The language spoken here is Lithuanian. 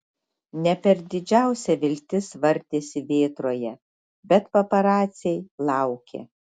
ne per didžiausia viltis vartėsi vėtroje bet paparaciai laukė